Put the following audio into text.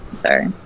Sorry